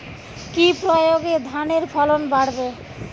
কি প্রয়গে ধানের ফলন বাড়বে?